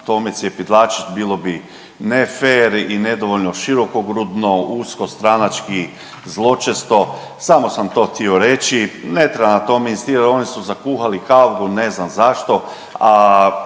tome cjepidlačit bilo bi nefer i nedovoljno širokogrudno, usko stranački, zločesto. Samo sam to htio reći. Ne treba na tome inzistirati. Oni su zakuhali kavgu ne znam zašto,